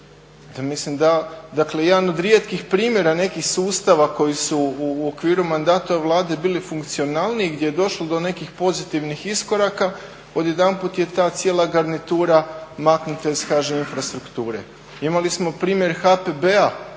Mislim, dakle jedan od rijetkih primjera nekih sustava koji su u okviru mandata Vlade bili funkcionalniji gdje je došlo do nekih pozitivnih iskoraka odjedanput je ta cijela garnitura maknuta iz HŽ infrastrukture. Imali smo primjer HPB-a,